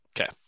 Okay